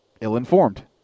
ill-informed